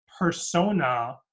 persona